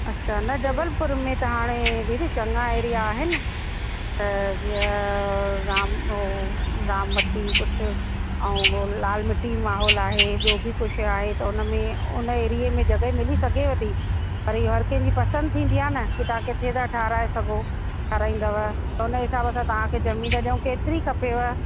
अछा न जबलपुर में त हाणे दीदी चङा एरिआ आहिनि त जीअं राम हो रामवती कुझु ऐं हो लाल मिटी माहौल आहे ॿियो बि कुझु आहे त उन में उन एरिए में जॻहि मिली सघेव थी पर इहो हर कंहिंजी पसंदि थींदी आहे न की तव्हां किथे था ठाराहे सघो ठाराहींदव त हुन हिसाब सां तव्हांखे ज़मीन ॾियऊं केतिरी खपेव